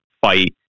fight